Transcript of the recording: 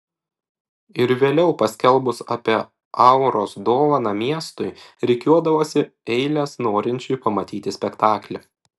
ir vėliau paskelbus apie auros dovaną miestui rikiuodavosi eilės norinčiųjų pamatyti spektaklį